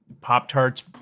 Pop-Tarts